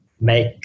make